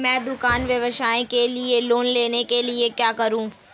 मैं दुकान व्यवसाय के लिए लोंन लेने के लिए क्या करूं?